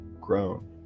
grown